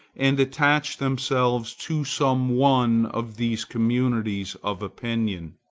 and attached themselves to some one of these communities of opinion.